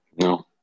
No